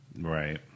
Right